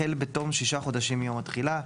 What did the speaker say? החל בתום שישה חודשים מיום התחילה,